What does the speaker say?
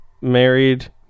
married